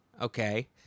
Okay